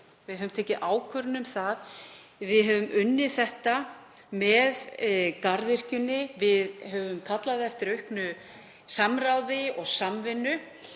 Við höfum tekið ákvörðun um það. Við höfum unnið þetta með garðyrkjunni, við höfum kallað eftir auknu samráði og samvinnu.